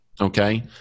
okay